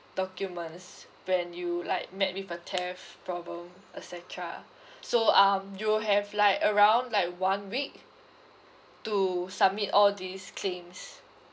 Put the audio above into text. documents when you like met with a theft problem et cetera so um you will have like around like one week to submit all these claims